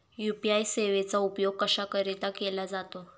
UPI सेवेचा उपयोग कशाकरीता केला जातो?